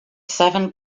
seven